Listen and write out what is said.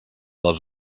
les